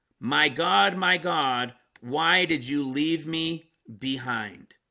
my god my god. why did you leave me? behind